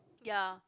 ya